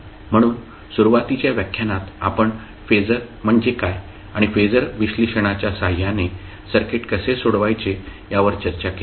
म्हणून सुरुवातीच्या व्याख्यानात आपण फेजर म्हणजे काय आणि फेजर विश्लेषणाच्या सहाय्याने सर्किट कसे सोडवायचे यावर चर्चा केली